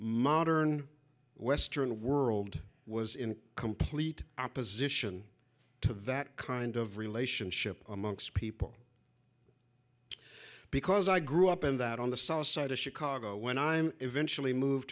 modern western world was in complete opposition to that kind of relationship amongst people because i grew up in that on the south side of chicago when i'm eventually moved